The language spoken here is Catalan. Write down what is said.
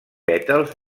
pètals